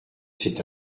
c’est